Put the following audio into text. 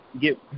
get